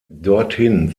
dorthin